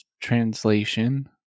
translation